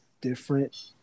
Different